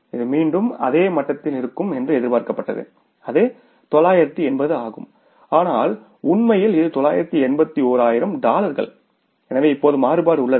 இது மீண்டும் அதே மட்டத்தில் இருக்கும் என்று எதிர்பார்க்கப்பட்டது அது 980 ஆகும் ஆனால் உண்மையில் இது 981 ஆயிரம் டாலர்கள் எனவே இப்போது மாறுபாடு உள்ளது